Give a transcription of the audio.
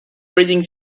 breeding